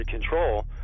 control